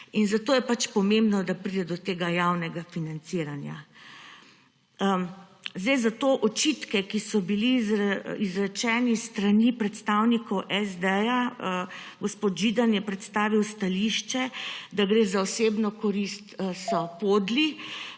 Zato je pomembno, da pride do tega javnega financiranja. Očitki, ki so bili izrečeni s strani predstavnikov SD, gospod Židan je predstavil stališče, da gre za osebno korist, so podli.